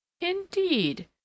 Indeed